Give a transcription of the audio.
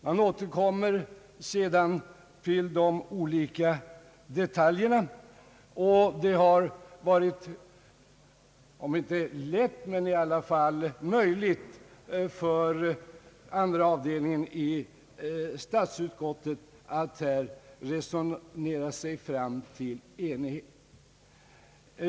Man återkommer sedan till de olika detaljerna, och det har varit om inte lätt så i alla fall möjligt för andra avdelningen i statsutskottet att här resonera sig fram till enighet.